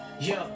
Yo